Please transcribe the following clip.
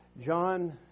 John